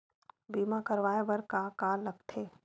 बीमा करवाय बर का का लगथे?